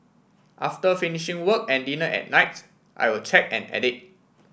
after finishing work and dinner at nights I will check and edit